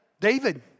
David